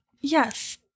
Yes